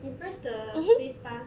eh press the spacebar